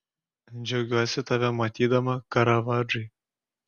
džiaugiuosi tave matydama karavadžai